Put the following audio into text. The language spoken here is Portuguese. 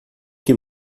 que